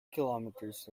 kilometres